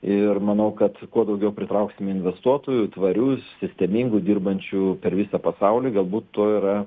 ir manau kad kuo daugiau pritrauksime investuotojų tvarių sistemingų dirbančių per visą pasaulį galbūt tuo yra